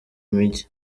imijyi